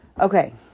Okay